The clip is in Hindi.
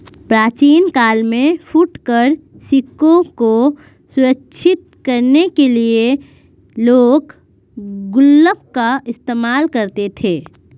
प्राचीन काल में फुटकर सिक्कों को सुरक्षित करने के लिए लोग गुल्लक का इस्तेमाल करते थे